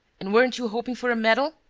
and weren't you hoping for a medal?